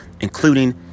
including